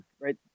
right